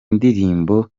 ndirimbo